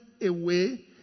away